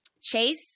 chase